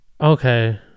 Okay